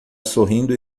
sorrindo